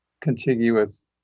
contiguous